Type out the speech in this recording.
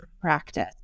practice